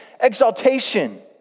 exaltation